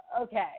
Okay